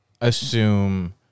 assume